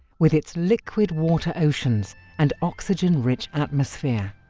with its liquid water oceans and oxygen-rich atmosphere.